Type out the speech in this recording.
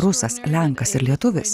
rusas lenkas ir lietuvis